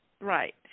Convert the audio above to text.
right